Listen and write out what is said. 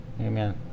Amen